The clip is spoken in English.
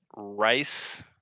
Rice